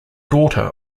daughter